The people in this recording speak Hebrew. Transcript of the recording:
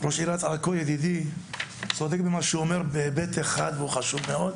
ראש עיריית עכו ידידי צודק במה שהוא אומר בהיבט אחד והוא חשוב מאוד,